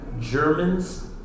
Germans